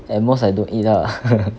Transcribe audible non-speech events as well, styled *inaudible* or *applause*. at most I don't eat lah *laughs*